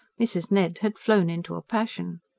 mrs. ned had flown into a passion.